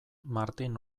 martin